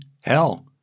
hell